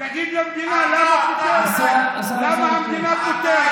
תגיד למדינה למה היא פוטרת, למה המדינה פוטרת.